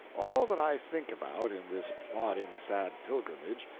all that i think about in this plodding sad pilgrimage,